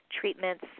Treatments